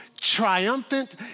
triumphant